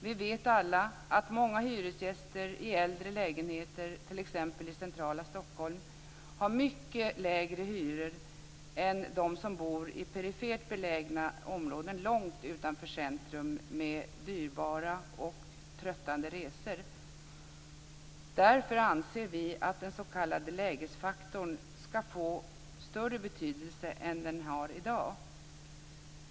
Vi vet alla att många hyresgäster i äldre lägenheter t.ex. i centrala Stockholm har mycket lägre hyror än de som bor i perifert belägna områden långt utanför centrum med dyrbara och tröttande resor. Därför anser vi att den s.k. lägesfaktorn ska få större betydelse än den har i dag.